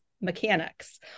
mechanics